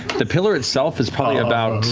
the pillar itself is probably about.